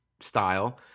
style